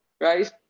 right